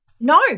No